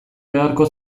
beharko